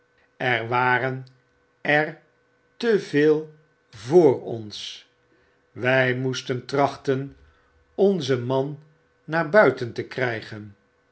jr waren er te veel voor ons wij moesten trachten onzen man naar buiten te krygen